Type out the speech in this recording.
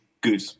good